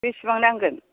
बेसेबां नांगोन